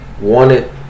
Wanted